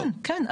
כן,